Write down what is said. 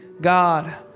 God